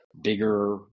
bigger